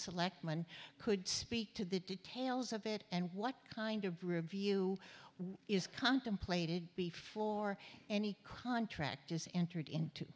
selectmen could speak to the details of it and what kind of review is contemplated before any contract is entered into